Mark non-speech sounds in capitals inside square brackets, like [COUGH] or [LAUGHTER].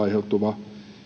[UNINTELLIGIBLE] aiheutuva